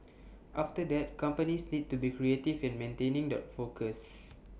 after that companies need to be creative in maintaining the focus